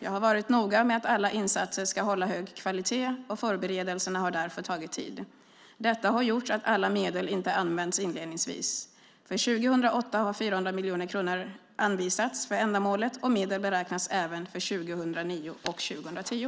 Jag har varit noga med att alla insatser ska hålla hög kvalitet, och förberedelserna har därför tagit tid. Detta har gjort att alla medel inte använts inledningsvis. För 2008 har 400 miljoner kronor anvisats för ändamålet, och medel beräknas även för 2009 och 2010.